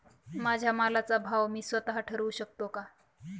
माझ्या मालाचा भाव मी स्वत: ठरवू शकते का?